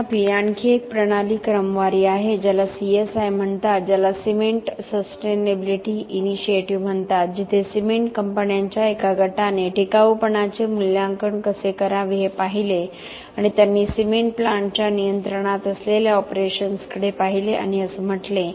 तथापि आणखी एक प्रणाली क्रमवारी आहे ज्याला CSI म्हणतात ज्याला सिमेंट सस्टेनेबिलिटी इनिशिएटिव्ह म्हणतात जेथे सिमेंट कंपन्यांच्या एका गटाने टिकाऊपणाचे मूल्यांकन कसे करावे हे पाहिले आणि त्यांनी सिमेंट प्लांटच्या नियंत्रणात असलेल्या ऑपरेशन्सकडे पाहिले आणि असे म्हटले